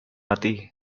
mati